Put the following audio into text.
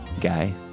guy